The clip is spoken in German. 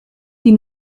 die